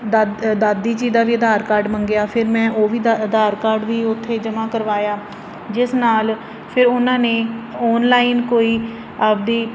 ਦਾਦ ਦਾਦੀ ਜੀ ਦਾ ਵੀ ਆਧਾਰ ਕਾਰਡ ਮੰਗਿਆ ਫਿਰ ਮੈਂ ਉਹ ਵੀ ਆਧਾ ਆਧਾਰ ਕਾਰਡ ਵੀ ਉੱਥੇ ਜਮ੍ਹਾਂ ਕਰਵਾਇਆ ਜਿਸ ਨਾਲ ਫਿਰ ਉਹਨਾਂ ਨੇ ਆਨਲਾਈਨ ਕੋਈ ਆਪਦੀ